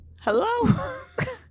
hello